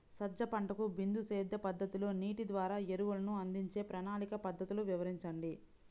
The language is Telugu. సజ్జ పంటకు బిందు సేద్య పద్ధతిలో నీటి ద్వారా ఎరువులను అందించే ప్రణాళిక పద్ధతులు వివరించండి?